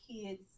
kids